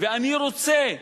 ואני רוצה,